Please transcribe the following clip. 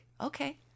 Okay